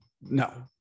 No